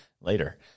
later